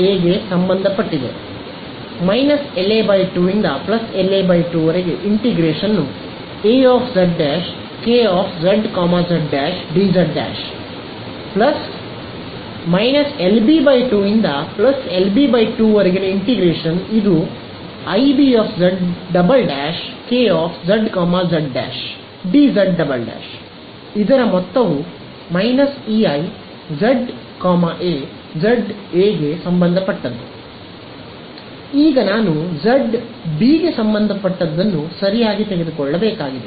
−LA 2∫ LA 2IA z K z z dz −LB 2 ∫LB 2IB z K z z dz Ei z A z∈A ಈಗ ನಾನು z∈B ಅನ್ನು ಸರಿಯಾಗಿ ತೆಗೆದುಕೊಳ್ಳಬೇಕಾಗಿದೆ